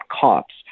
cops